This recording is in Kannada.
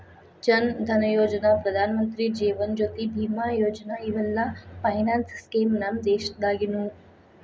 ಜನ್ ಧನಯೋಜನಾ, ಪ್ರಧಾನಮಂತ್ರಿ ಜೇವನ ಜ್ಯೋತಿ ಬಿಮಾ ಯೋಜನಾ ಇವೆಲ್ಲ ಫೈನಾನ್ಸ್ ಸ್ಕೇಮ್ ನಮ್ ದೇಶದಾಗಿನವು